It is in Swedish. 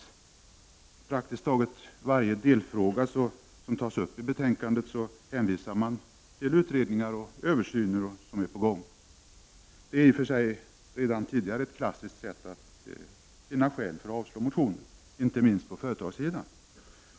I praktiskt taget varje delfråga som tas upp i betänkandet hänvisar utskottsmajoriteten till utredningar eller översyner som är på gång. Detta är i och för sig ett redan tidigare klassiskt sätt att enkelt finna skäl att avstyrka motioner, inte minst på företagssidan.